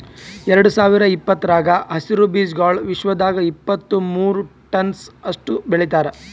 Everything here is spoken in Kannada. ಎರಡು ಸಾವಿರ ಇಪ್ಪತ್ತರಾಗ ಹಸಿರು ಬೀಜಾಗೋಳ್ ವಿಶ್ವದಾಗ್ ಇಪ್ಪತ್ತು ಮೂರ ಟನ್ಸ್ ಅಷ್ಟು ಬೆಳಿತಾರ್